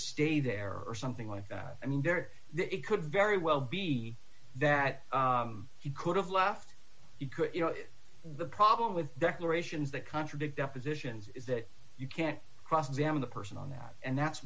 stay there or something like that i mean there it could very well be that you could have left you could you know the problem with declarations that contradict depositions is that you can't cross examine the person on that and that's